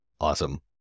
Awesome